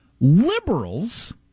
Liberals